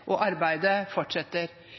og arbeidet fortsetter.